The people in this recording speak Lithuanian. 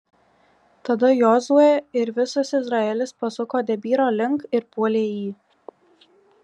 tada jozuė ir visas izraelis pasuko debyro link ir puolė jį